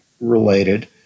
related